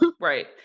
right